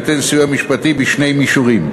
יינתן סיוע משפטי בשני מישורים: